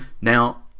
Now